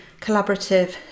collaborative